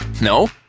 No